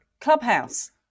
Clubhouse